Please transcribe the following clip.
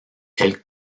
elle